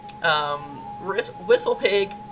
Whistlepig